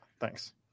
Thanks